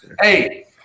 Hey